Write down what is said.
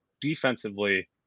defensively